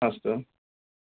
अस्तु